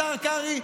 השר קרעי,